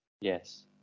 Yes